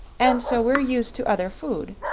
and so we're used to other food.